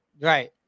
Right